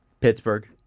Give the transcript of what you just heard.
Pittsburgh